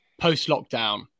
post-lockdown